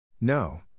No